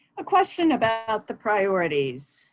a question about the priorities.